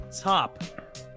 top